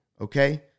Okay